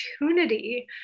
opportunity